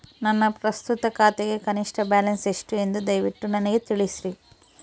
ನನ್ನ ಪ್ರಸ್ತುತ ಖಾತೆಗೆ ಕನಿಷ್ಠ ಬ್ಯಾಲೆನ್ಸ್ ಎಷ್ಟು ಎಂದು ದಯವಿಟ್ಟು ನನಗೆ ತಿಳಿಸ್ರಿ